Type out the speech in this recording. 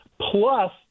plus